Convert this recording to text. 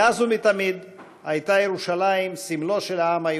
מאז ומתמיד הייתה ירושלים סמלו של העם היהודי,